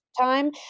time